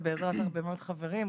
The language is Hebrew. ובעזרת הרבה מאוד חברים,